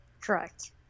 Correct